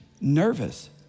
nervous